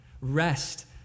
Rest